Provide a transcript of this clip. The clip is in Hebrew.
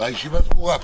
הישיבה סגורה כמובן.